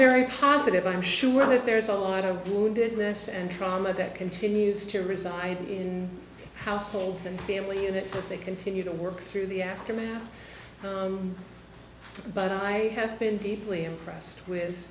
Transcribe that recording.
very positive i'm sure that there's a lot of blue indigenous and trauma that continues to reside in households and family units as they continue to work through the aftermath but i have been deeply impressed with